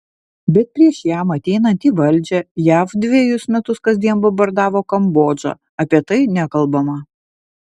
bet prieš jam ateinant į valdžią jav dvejus metus kasdien bombardavo kambodžą apie tai nekalbama